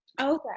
Okay